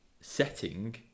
setting